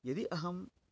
यदि अहं